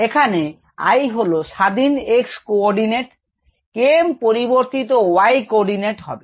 এখানে I হলো স্বাধীন x coordinate Km পরিবর্তিত y coordinate হবে